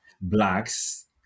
Blacks